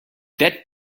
that